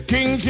King